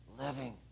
living